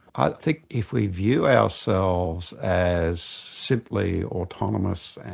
i think if we view ourselves as simply autonomous